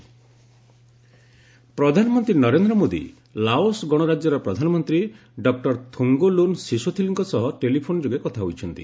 PM Laos ପ୍ରଧାନମନ୍ତ୍ରୀ Narendra Modi Laos ଗଣରାଜ୍ୟର ପ୍ରଧାନମନ୍ତ୍ରୀ ଡକ୍କର ଥୋଙ୍ଗ୍ଲ୍ରନ୍ ଶିଶୋଲିଥିଙ୍କ ସହ ଟେଲିଫୋନ୍ ଯୋଗେ କଥା ହୋଇଛନ୍ତି